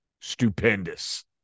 stupendous